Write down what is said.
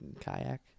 Kayak